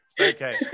Okay